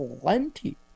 plenty